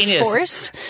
forced